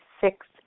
six